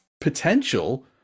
potential